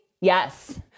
Yes